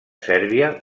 sèrbia